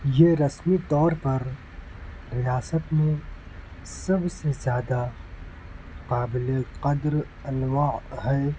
یہ رسمی طور پر ریاست میں سب سے زیادہ قابلِ قدر انواع ہے